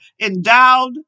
endowed